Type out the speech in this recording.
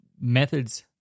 methods